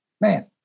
Man